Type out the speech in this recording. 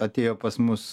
atėjo pas mus